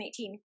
2018